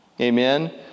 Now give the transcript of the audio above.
Amen